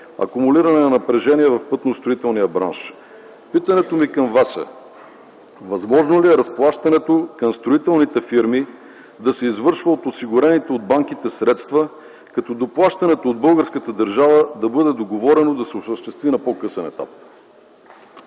акумулиране на напрежение в пътно-строителния бранш. Питането ми към Вас е: възможно ли е разплащането към строителните фирми да се извършва от осигурените от банките средства, като бъде договорено доплащането от българската държава да се осъществи на по-късен етап?